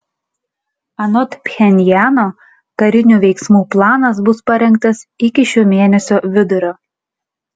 anot pchenjano karinių veiksmų planas bus parengtas iki šio mėnesio vidurio